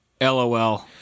LOL